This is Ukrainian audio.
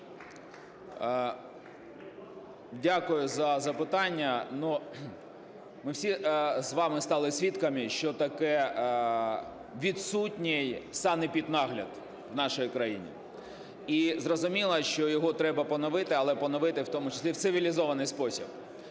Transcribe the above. Дякую за запитання. Ми всі з вами стали свідками, що таке відсутній санепіднагляд у нашій країні. І зрозуміло, що його треба поновити, але поновити в тому числі в цивілізований спосіб.